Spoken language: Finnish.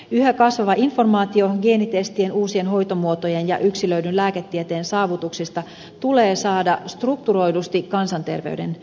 yhä kasvava informaatio geenitestien uusien hoitomuotojen ja yksilöidyn lääketieteen saavutuksista tulee saada strukturoidusti kansanterveyden hyödyksi